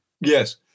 Yes